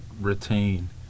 retain